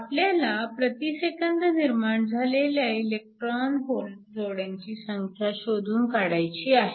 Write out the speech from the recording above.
आपल्याला प्रति सेकंद निर्माण झालेल्या इलेक्ट्रॉन होल जोड्यांची संख्या शोधून काढायची आहे